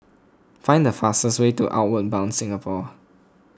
find the fastest way to Outward Bound Singapore